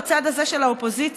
בצד הזה של האופוזיציה,